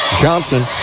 Johnson